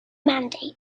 mandate